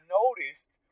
noticed